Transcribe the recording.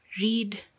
Read